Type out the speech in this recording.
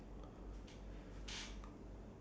but have to take bus from Ang-Mo-Kio